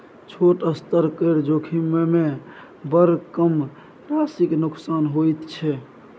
छोट स्तर केर जोखिममे बड़ कम राशिक नोकसान होइत छै